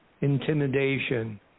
intimidation